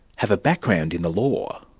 have a background in the law.